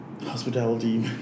hospitality